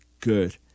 good